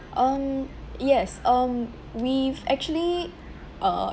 um yes um we've actually uh